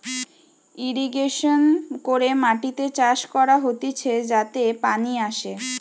irrigation করে মাটিতে চাষ করা হতিছে যাতে পানি আসে